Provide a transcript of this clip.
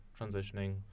transitioning